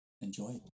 enjoy